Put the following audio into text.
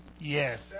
Yes